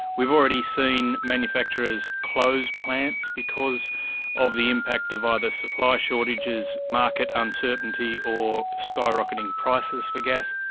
we've already seen manufacturers close plants because of the impact of either supply shortages, market uncertainty or skyrocketing prices for gas.